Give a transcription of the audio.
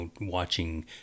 watching